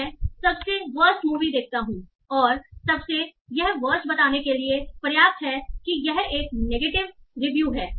मैं सबसे worst movie देखता हूं और सबसे यह वर्स्ट बताने के लिए पर्याप्त है कि यह एक नेगेटिव रिव्यू है